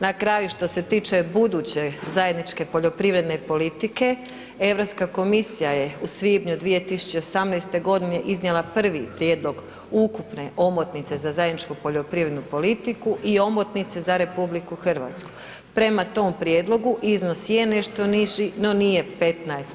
Na kraju, što se tiče buduće zajedničke poljoprivredne politike Europska komisija je u svibnju 2018. godine iznijela prvi prijedlog ukupne omotnice za zajedničku poljoprivrednu politiku i omotnice za RH, prema tom prijedlogu iznos je nešto niži no nije